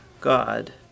God